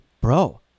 bro